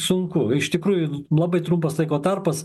sunku iš tikrųjų labai trumpas laiko tarpas